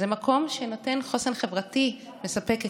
זה מקום שנותן חוסן חברתי, מספק הקשר.